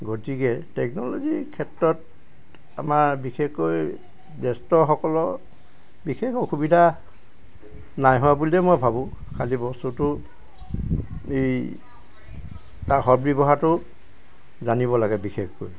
গতিকে টেকন'লজিৰ ক্ষেত্ৰত আমাৰ বিশেষকৈ জ্যেষ্ঠসকলৰ বিশেষ অসুবিধা নাই হোৱা বুলিয়ে মই ভাবোঁ খালী বস্তুটো এই তাৰ সদব্যৱহাৰটো জানিব লাগে বিশেষকৈ